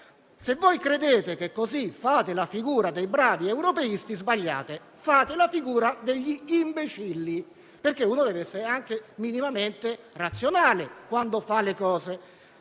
Se voi credete di fare così la figura dei bravi europeisti, sbagliate; fate la figura degli imbecilli, perché uno deve essere anche minimamente razionale quando fa le cose.